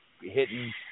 hitting